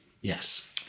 Yes